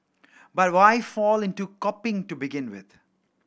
but why fall into copying to begin with